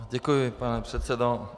Děkuji, pane předsedo.